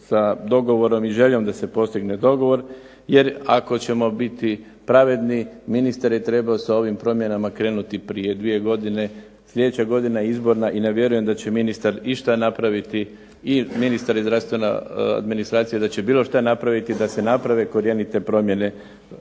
sa dogovorom i željom da se postigne dogovor. Jer ako ćemo biti pravedni ministar je trebao sa ovim promjenama krenuti prije 2 godine. Sljedeća godina je izborna i ne vjerujem da će ministar išta napraviti i ministar i zdravstvena administracija da će bilo što napraviti da se naprave korjenite promjene